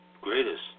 greatest